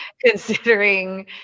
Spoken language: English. Considering